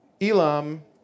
Elam